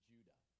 Judah